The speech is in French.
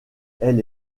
elle